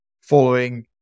following